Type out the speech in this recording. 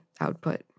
output